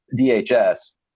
DHS